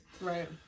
Right